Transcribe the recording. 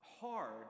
hard